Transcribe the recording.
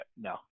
no